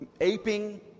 aping